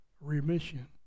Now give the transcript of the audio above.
remission